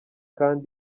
kand